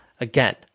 again